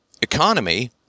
economy